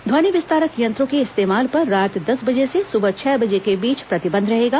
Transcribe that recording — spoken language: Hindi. ध्वनि विस्तारक यंत्रों के इस्तेमाल पर रात दस बजे से सुबह छह बजे के बीच प्रतिबंध रहेगा